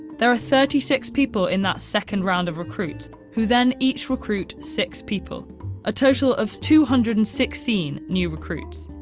there are thirty six people in that second round of recruits, who then each recruit six people a total of two hundred and sixteen new recruits.